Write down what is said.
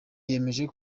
yemeje